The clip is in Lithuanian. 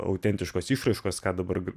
autentiškos išraiškos ką dabar